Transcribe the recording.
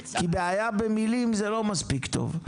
כי בעיה במילים זה לא מספיק טוב.